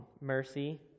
mercy